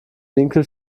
winkel